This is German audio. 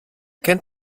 kennt